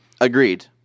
Agreed